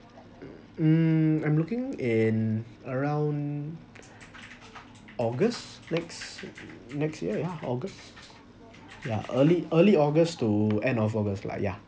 mm I'm looking in around august next next year yeah august yeah early early august to end of august lah ya